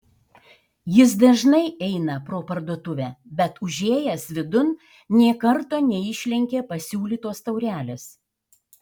jis dažnai eina pro parduotuvę bet užėjęs vidun nė karto neišlenkė pasiūlytos taurelės